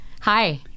Hi